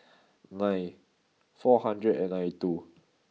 nine four hundred and ninety two